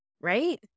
right